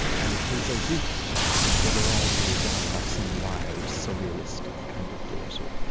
and it is as if they were all laid down by some wild, surrealistic kind of deity.